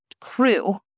crew